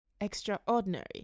extraordinary